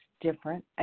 different